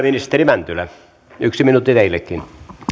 ministeri mäntylä yksi minuutti teillekin